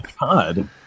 God